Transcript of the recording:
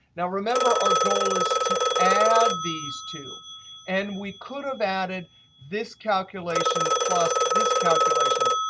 now remember, our goal is to add these two and we could have added this calculation plus this calculation,